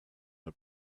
the